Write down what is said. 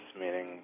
meaning